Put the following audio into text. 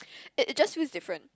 it just feels different